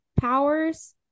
powers